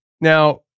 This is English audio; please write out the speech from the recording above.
now